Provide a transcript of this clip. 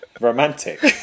romantic